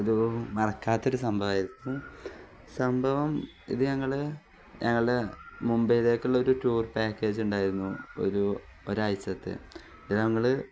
ഒരു മറക്കാത്തൊരു സംഭവമായിരുന്നു സംഭവം ഇത് ഞങ്ങള് ഞങ്ങളുടെ മുമബൈയിലേക്കുള്ള ഒരു ടൂർ പാക്കേജ് ഉണ്ടായിരുന്നു ഒരു ഒരാഴ്ചത്തെ ഇതു ഞങ്ങള്